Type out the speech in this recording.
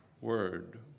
word